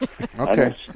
Okay